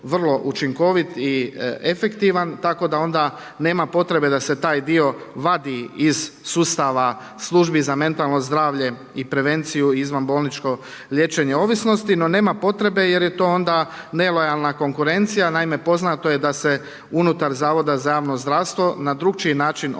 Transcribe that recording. vrlo učinkovit i efektivan tako da onda nema potrebe da se taj dio vadi iz sustava službi za mentalno zdravlje i prevenciju izvanbolničko liječenje ovisnosti. No, nema potrebe jer je to onda nelojalna konkurencija. Naime, poznato je da se unutar Zavoda za javno zdravstvo na drukčiji način oni